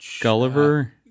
Gulliver